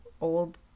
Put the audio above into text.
old